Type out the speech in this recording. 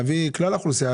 להביא את כלל האוכלוסייה.